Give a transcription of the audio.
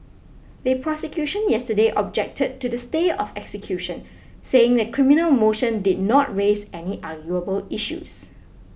the prosecution yesterday objected to the stay of execution saying the criminal motion did not raise any arguable issues